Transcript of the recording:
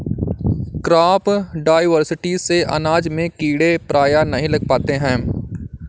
crop diversity से अनाज में कीड़े प्रायः नहीं लग पाते हैं